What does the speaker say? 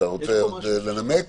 אתה רוצה לנמק?